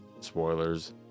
spoilers